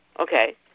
okay